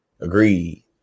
agreed